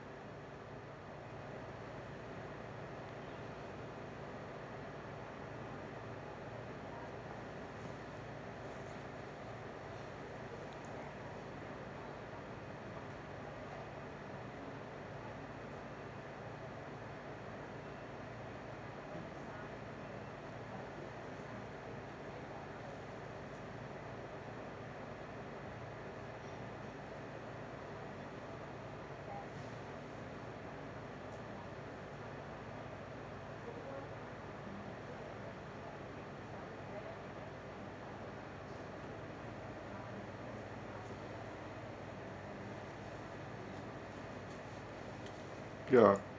ya